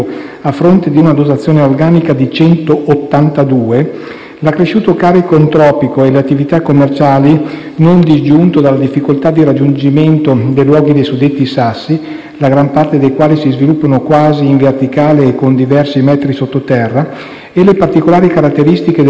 l'accresciuto carico antropico e di attività commerciali, non disgiunto dalla difficoltà di raggiungimento dei locali nei cosiddetti Sassi (la gran parte dei quali si sviluppano quasi in verticale per diversi metri sottoterra) e le particolari caratteristiche della viabilità della zona, suggeriscono un'attenta valutazione della situazione.